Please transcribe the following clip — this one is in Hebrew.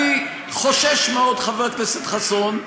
אני חושש מאוד, חבר הכנסת חסון,